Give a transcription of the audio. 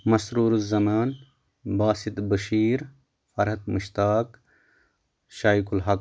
مَثروٗر زَمان باسِط بشیٖر فَرحت مُشتاق شایِکُل حَق